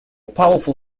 powerful